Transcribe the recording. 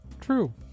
True